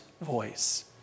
voice